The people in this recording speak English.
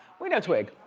we know twig.